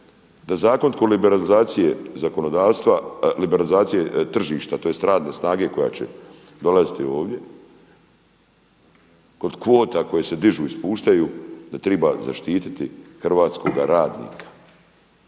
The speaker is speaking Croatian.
zakonodavstva liberalizacije tržišta tj. radne snage koja će dolaziti ovdje, kod kvota koje se dižu i spuštaju da treba zaštititi hrvatskoga radnika.